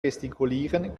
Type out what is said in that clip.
gestikulieren